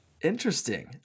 interesting